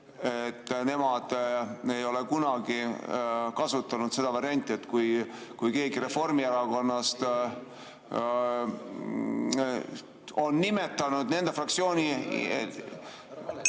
et nemad ei ole kunagi kasutanud seda varianti, et kui keegi Reformierakonnast on nimetanud nende fraktsiooni,